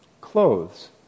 Clothes